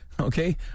Okay